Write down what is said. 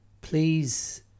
please